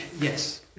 yes